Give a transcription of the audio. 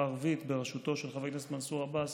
הערבית בראשותו של חבר הכנסת מנסור עבאס